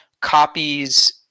copies